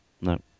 No